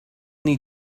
need